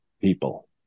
people